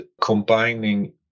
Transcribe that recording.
combining